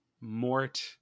mort